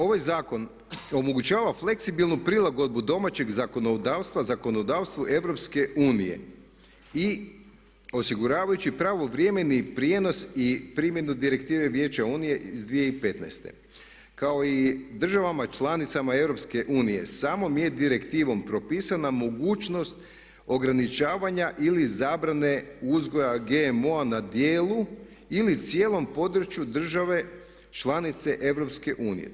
Ovaj zakon omogućava fleksibilnu prilagodbu domaćeg zakonodavstva zakonodavstvu EU i osiguravajući pravovremeni prijenos i primjenu direktive Vijeća Unije iz 2015 kao i državama članicama EU samo … direktivom propisana mogućnost ograničavanja ili zabrane uzgoja GMO-a na dijelu ili cijelom području države članice EU.